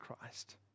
Christ